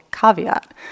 caveat